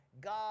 God